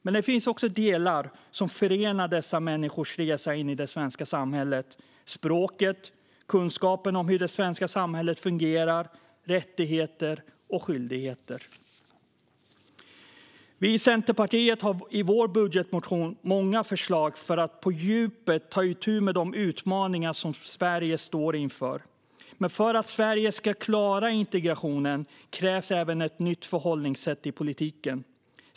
Men det finns också delar som förenar dessa människors resa in i det svenska samhället: språket, kunskapen om hur det svenska samhället fungerar och rättigheter och skyldigheter. Vi i Centerpartiet har i vår budgetmotion många förslag för att på djupet ta itu med de utmaningar som Sverige står inför. Men för att Sverige ska klara integrationen krävs även ett nytt förhållningssätt i politiken.